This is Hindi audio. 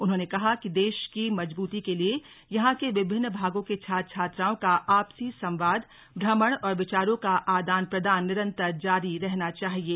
उन्होंने कहा कि देश की मजबूती के लिये यहां के विभिन्न भागों के छात्र छात्राओं का आपसी संवाद भ्रमण और विचारों का आदान प्रदान निरन्तर जारी रहना चाहिये